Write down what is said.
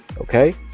okay